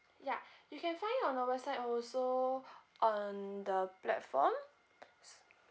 ya you can find on our website also on the platform